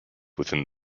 within